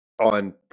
on